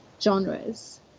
genres